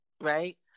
right